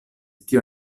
tio